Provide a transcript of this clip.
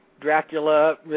Dracula